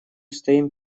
стоим